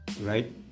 Right